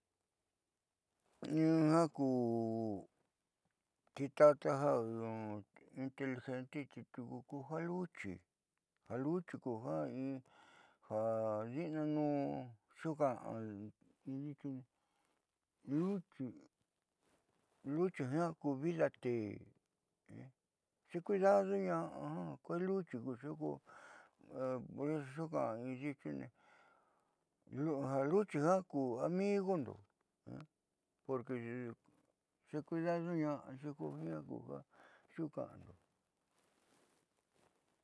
Na ku titata ja inteligenteti tiuku ku ja luchi ja luchi ku ja in ja ndi'inanuun nxuuka'an luchi luchi ku jiaa vida tee xecuidadoña'a jiaa kuee luchi ko kuxi xuka'a ja luchi jiaa ku amigondo xi jiaa xe cuidadoña'axi jiaa xuka'ando.